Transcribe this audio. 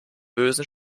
bösen